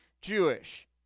Jewish